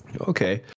Okay